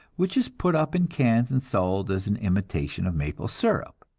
which is put up in cans and sold as an imitation of maple syrup.